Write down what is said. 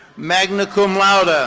magna cum laude. ah